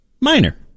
Minor